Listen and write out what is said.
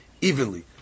evenly